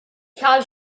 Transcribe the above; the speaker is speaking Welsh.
cael